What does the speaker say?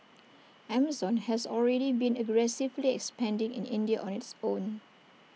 Amazon has already been aggressively expanding in India on its own